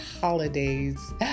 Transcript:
holidays